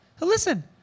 Listen